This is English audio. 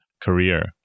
career